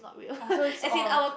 also is all